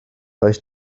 does